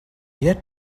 yet